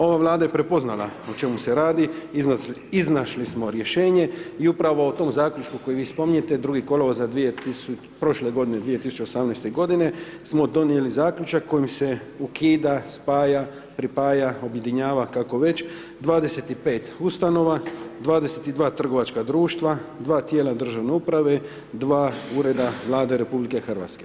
Ova vlada je prepoznala o čemu se radi, iznašli smo rješenje i upravo o tom zaključku koje vi spominjete 2. kolovoza prošle godine 2018. g. smo donijeli zaključak kojim se ukidao, spaja, pripaja, objedinjava kako već, 25 ustanova, 22 trgovačka društva, 2 tijela državne uprave, 2 ureda vlade RH.